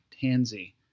Tansy